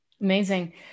Amazing